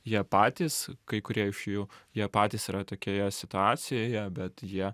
jie patys kai kurie iš jų jie patys yra tokioje situacijoje bet jie